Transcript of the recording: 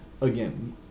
Again